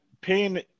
pain